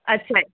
अछा